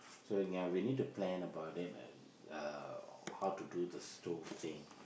so ya we need to plan about it how to do the stove thing